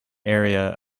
area